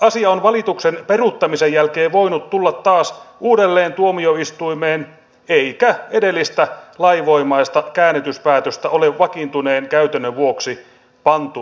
asia on valituksen peruuttamisen jälkeen voinut tulla taas uudelleen tuomioistuimeen eikä edellistä lainvoimaista käännytyspäätöstä ole vakiintuneen käytännön vuoksi pantu täytäntöön